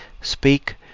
Speak